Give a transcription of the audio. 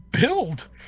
build